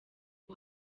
ngo